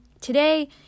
today